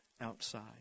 outside